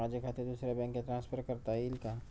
माझे खाते दुसऱ्या बँकेत ट्रान्सफर करता येईल का?